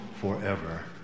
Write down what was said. forever